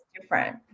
different